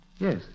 Yes